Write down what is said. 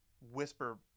whisper